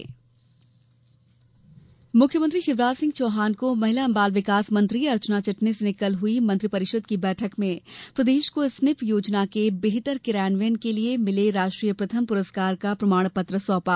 spin योजना मुख्यमंत्री शिवराज सिंह चौहान को महिला बाल विकास मंत्री अर्चना चिटनिस ने कल हुई मंत्रि परिषद की बैठक में प्रदेश को स्निप योजना के बेहतर क्रियान्वयन के लिये मिले राष्ट्रीय प्रथम पुरस्कार का प्रमाण पत्र सौंपा